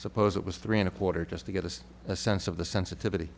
suppose it was three and a quarter just to give us a sense of the sensitivity